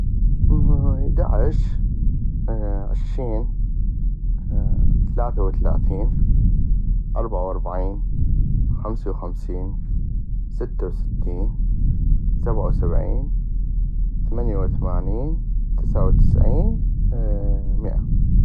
ادعش ،عشين ،تلاثة وتالاثين ،اربعة واربعين ،خمسي وخمسين ،ستا وستين ،سبعة وسبعين ،اثمنيا واثمانين ،تسعة وتسعين ،مئة.